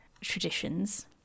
traditions